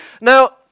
Now